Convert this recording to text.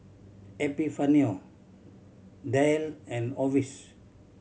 Epifanio Dayle and Orvis